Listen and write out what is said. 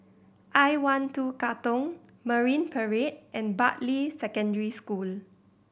I One Two Katong Marine Parade and Bartley Secondary School